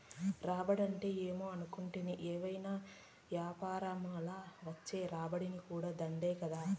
రాబడంటే ఏమో అనుకుంటాని, ఏవైనా యాపారంల వచ్చే రాబడి కూడా దుడ్డే కదా